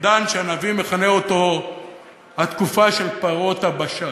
עידן שהנביא מכנה אותו התקופה של פרות הבשן.